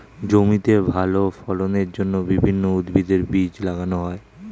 জমিতে ভালো ফলনের জন্য বিভিন্ন উদ্ভিদের বীজ লাগানো হয়